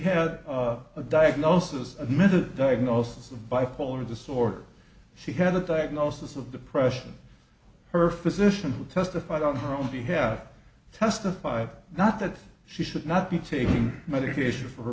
had a diagnosis admitted diagnosis of bipolar disorder she had a diagnosis of depression her physician who testified on her own to have testified not that she should not be taking medication for